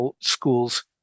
schools